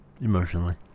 emotionally